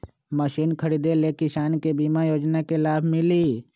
Machine खरीदे ले किसान के बीमा योजना के लाभ मिली?